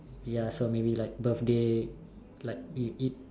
ya so maybe like birthday like you eat